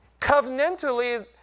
covenantally